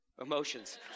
emotions